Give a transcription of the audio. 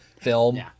film